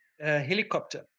helicopter